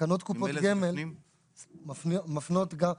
תקנות קופות גמל מפנות גם,